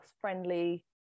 friendly